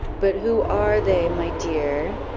but who are they, my dear?